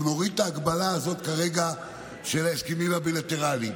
אם נוריד את ההגבלה הזאת כרגע של ההסכמים הבילטרליים,